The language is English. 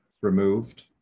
removed